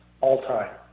all-time